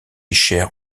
cher